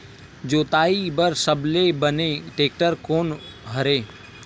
जोताई बर सबले बने टेक्टर कोन हरे?